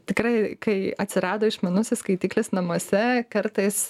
tikrai kai atsirado išmanusis skaitiklis namuose kartais